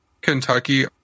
Kentucky